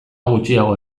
gutxiago